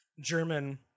German